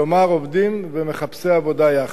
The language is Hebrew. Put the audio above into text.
כלומר, עובדים ומחפשי עבודה יחד.